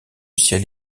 ciel